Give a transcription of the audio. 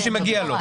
מי שמגיע לו.